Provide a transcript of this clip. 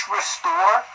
restore